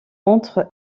entre